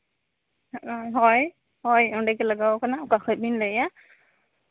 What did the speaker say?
ᱦᱳᱭ ᱦᱳᱭ ᱚᱸᱰᱮᱜᱮ ᱞᱟᱜᱟᱣ ᱠᱟᱱᱟ ᱚᱠᱟ ᱠᱷᱚᱡ ᱵᱤᱱ ᱞᱟᱹᱭᱮᱫᱼᱟ